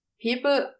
People